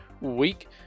week